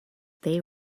they